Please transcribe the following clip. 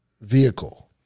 vehicle